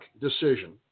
decision